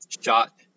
shot